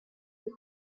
you